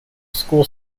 school